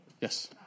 Yes